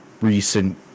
recent